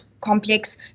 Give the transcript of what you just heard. complex